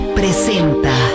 presenta